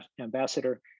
ambassador